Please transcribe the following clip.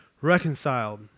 Reconciled